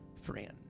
friend